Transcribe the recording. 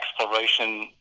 exploration